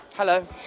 Hello